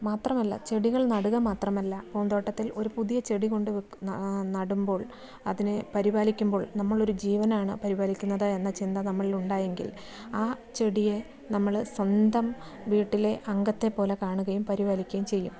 മാത്രമല്ല ചെടികൾ നടുക മാത്രമല്ല പൂന്തോട്ടത്തിൽ ഒരു പുതിയ ചെടി കൊണ്ട് വയ്ക്കുന്ന നടുമ്പോൾ അതിനെ പരിപാലിക്കുമ്പോൾ നമ്മൾ ഒരു ജീവനാണ് പരിപാലിക്കുന്നത് എന്ന ചിന്ത നമ്മളിൽ ഉണ്ടായെങ്കിൽ ആ ചെടിയെ നമ്മൾ സ്വന്തം വീട്ടിലെ അംഗത്തെപോലെ കാണുകയും പരിപാലിക്കുകയും ചെയ്യും